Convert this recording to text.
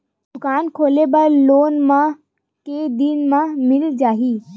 दुकान खोले बर लोन मा के दिन मा मिल जाही?